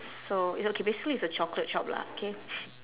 so it's okay basically it's a chocolate shop lah K